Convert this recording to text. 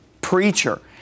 preacher